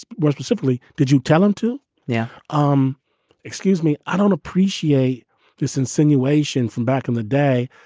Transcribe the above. what specifically did you tell him to now? um excuse me. i don't appreciate this insinuation from back in the day.